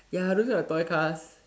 ya those are the toy cars